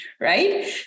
right